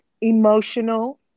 Emotional